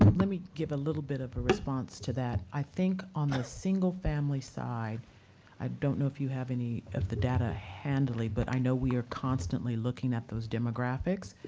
let me give a little bit of a response to that. i think, on the single-family side i don't know if you have any of the data handily, but i know we are constantly looking at those demographics.